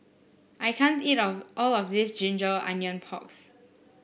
I can't eat of all of this ginger onion porks